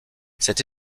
cette